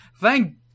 thank